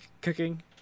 cooking